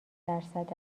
درصد